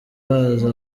bazo